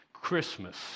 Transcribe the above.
Christmas